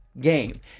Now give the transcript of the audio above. game